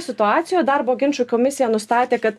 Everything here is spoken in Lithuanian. situacijoje darbo ginčų komisija nustatė kad